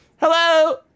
Hello